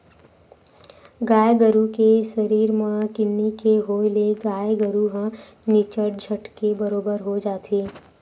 गाय गरु के सरीर म किन्नी के होय ले गाय गरु ह निच्चट झटके बरोबर हो जाथे